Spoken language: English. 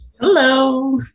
Hello